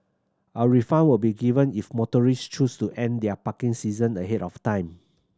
a refund will be given if motorist choose to end their parking session ahead of time